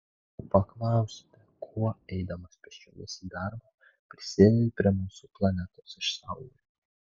paklausite kuo eidamas pėsčiomis į darbą prisidedi prie mūsų planetos išsaugojimo